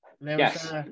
Yes